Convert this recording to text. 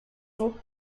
vous